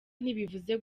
ntibivuze